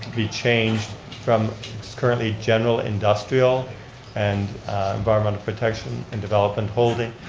be changed from currently general industrial and environmental protection and development holding,